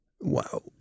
Wow